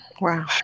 Wow